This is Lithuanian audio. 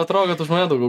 atrodo kad už mane daugiau